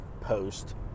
post